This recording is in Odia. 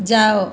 ଯାଅ